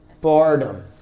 Boredom